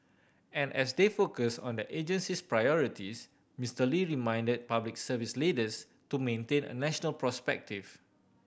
and as they focus on their agency's priorities Mister Lee reminded Public Service leaders to maintain a national perspective